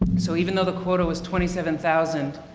so even though the quota was twenty seven thousand